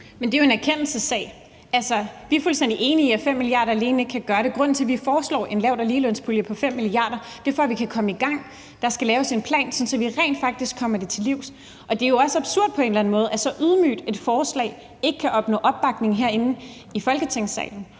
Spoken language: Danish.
Men det er jo en erkendelsessag. Altså, vi er fuldstændig enige i, at 5 mia. kr. alene ikke kan gøre det. Der er jo en grund til, at vi foreslår 5 mia. kr. til en lavt- og ligelønspulje. Det er, for at vi kan komme i gang. Der skal laves en plan, sådan at vi rent faktisk kommer det til livs. Det er jo også absurd på en eller anden måde, at så ydmygt et forslag ikke kan opnå opbakning herinde i Folketingssalen,